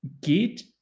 Geht